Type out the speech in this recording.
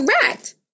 Correct